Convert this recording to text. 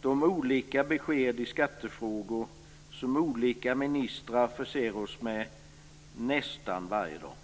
de olika besked i skattefrågor som olika ministrar förser oss med nästan varje dag.